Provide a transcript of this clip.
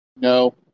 No